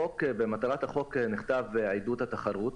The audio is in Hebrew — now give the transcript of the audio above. במטרת החוק נכתב "עידוד התחרות",